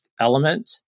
element